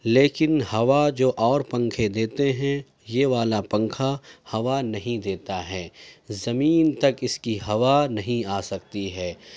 لیکن ہوا جو اور پنکھے دیتے ہیں یہ والا پنکھا ہوا نہیں دیتا ہے زمین تک اس کی ہوا نہیں آ سکتی ہے